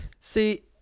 See